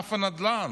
ענף הנדל"ן,